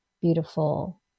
beautiful